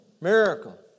Miracle